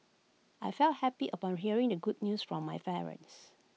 I felt happy upon hearing the good news from my parents